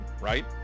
right